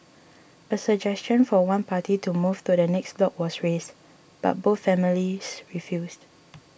a suggestion for one party to move to the next block was raised but both families refused